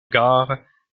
gare